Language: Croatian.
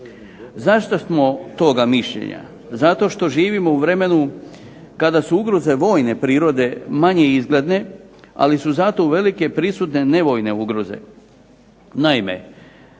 Zašto smo toga mišljenja? Zato što živimo u vremenu kada su ugroze vojne prirode manje izgledne, ali su zato uvelike prisutne nevojne ugroze.